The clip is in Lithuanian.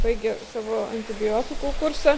baigė savo antibiotikų kursą